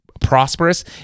prosperous